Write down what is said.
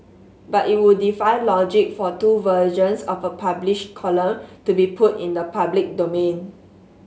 but it would defy logic for two versions of a published column to be put in the public domain